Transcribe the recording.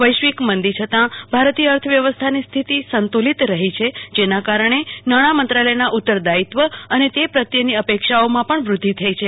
વૈશ્વિક માંડી છતાં ભારતીય અર્થવ્યવસ્થાની સ્થિતિ સંતુલિત રહી છે જેના કારણે નાણામંત્રાલયના ઉત્તરદાયિત્વ અને તે પ્રત્યેની અપેક્ષાઓમાં પણ વૃદ્ધિ થઇ છે